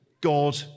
God